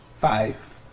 Five